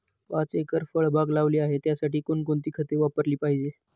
पाच एकर फळबाग लावली आहे, त्यासाठी कोणकोणती खते वापरली पाहिजे?